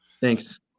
Thanks